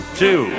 two